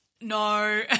No